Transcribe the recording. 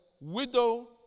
widow